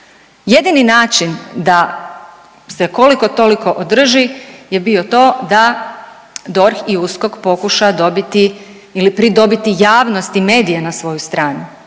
jedini način da se koliko toliko održi je bio to da DORH i USKOK pokuša dobiti ili pridobiti javnost i medije na svoju stranu,